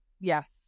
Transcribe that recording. yes